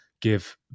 give